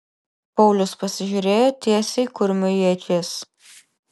paulius pasižiūrėjo tiesiai kurmiui į akis